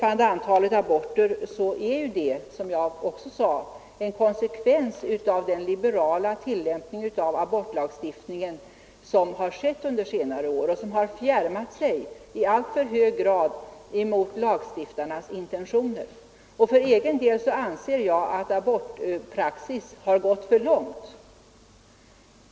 Antalet aborter är — som jag också sade — en konsekvens av den liberala tillämpning av abortlagstiftningen som har förekommit under senare år och som i alltför hög grad har fjärmats från lagstiftarnas intentioner. Jag anser att abortpraxis gått för långt.